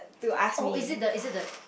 oh is it the is it the